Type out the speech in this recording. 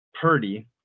Purdy